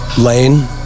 lane